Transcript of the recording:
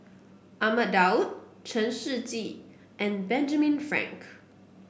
Ahmad Daud Chen Shiji and Benjamin Frank